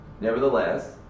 Nevertheless